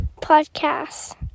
Podcast